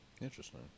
Interesting